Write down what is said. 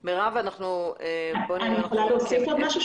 אני יכולה להוסיף משהו?